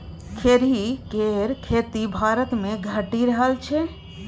खेरही केर खेती भारतमे घटि रहल छै